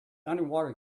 underwater